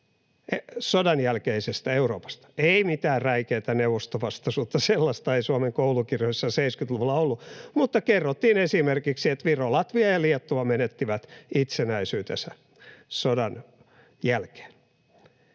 sodanjälkeisestä Euroopasta, ei mitään räikeätä neuvostovastaisuutta — sellaista ei Suomen koulukirjoissa 70-luvulla ollut — mutta kerrottiin esimerkiksi, että Viro, Latvia ja Liettua menettivät itsenäisyytensä sodan jälkeen.